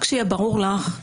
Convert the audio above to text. רק שיהיה ברור לך,